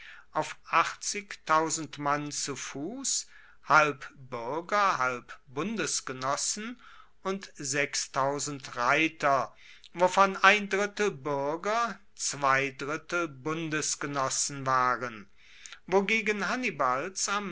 auf mann zu fuss halb buerger halb bundesgenossen und reiter wovon ein drittel buerger zwei drittel bundesgenossen waren wogegen hannibals